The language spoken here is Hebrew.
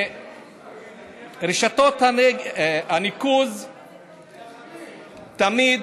רשתות הניקוז תמיד,